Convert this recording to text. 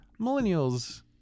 millennials